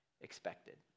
expected